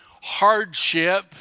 hardship